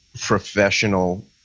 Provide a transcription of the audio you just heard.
professional